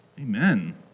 Amen